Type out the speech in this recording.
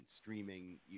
streaming